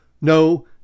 No